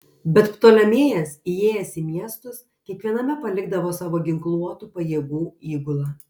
bet ptolemėjas įėjęs į miestus kiekviename palikdavo savo ginkluotų pajėgų įgulą